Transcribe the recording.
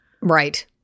right